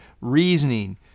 reasoning